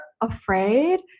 afraid